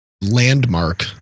landmark